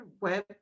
web